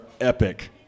epic